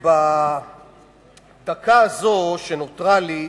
בדקה שנותרה לי,